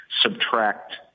subtract